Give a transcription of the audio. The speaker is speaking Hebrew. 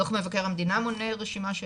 דוח מבקר המדינה מונה רשימה,